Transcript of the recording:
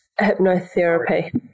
hypnotherapy